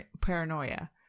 paranoia